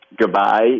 goodbye